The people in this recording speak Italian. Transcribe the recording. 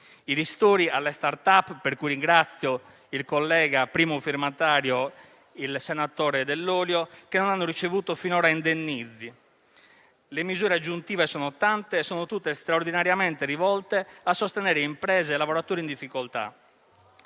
i ristori alle *start-up* - di cui ringrazio il collega, primo firmatario, senatore Dell'Olio - che non hanno ricevuto finora indennizzi. Le misure aggiuntive sono tante e sono tutte straordinariamente rivolte a sostenere imprese e lavoratori in difficoltà.